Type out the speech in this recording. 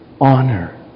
Honor